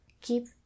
Keep